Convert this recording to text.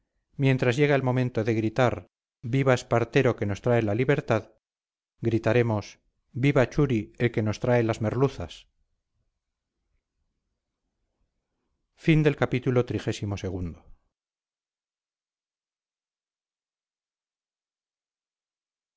mientras llega el momento de gritar viva espartero que nos trae la libertad gritaremos viva churi el que nos trae las merluzas